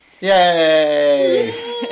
Yay